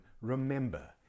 remember